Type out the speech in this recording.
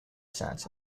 science